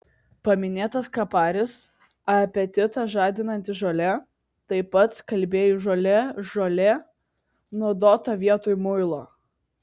paminėtas kaparis apetitą žadinanti žolė taip pat skalbėjų žolė žolė naudota vietoj muilo